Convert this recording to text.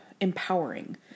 empowering